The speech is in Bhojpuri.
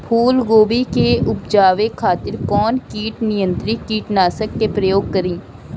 फुलगोबि के उपजावे खातिर कौन कीट नियंत्री कीटनाशक के प्रयोग करी?